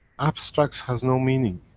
abstracts has no meaning.